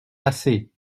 assez